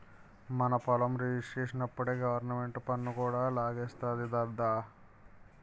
మన పొలం రిజిస్ట్రేషనప్పుడే గవరమెంటు పన్ను కూడా లాగేస్తాది దద్దా